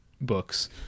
books